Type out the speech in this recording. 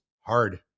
hard